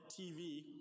TV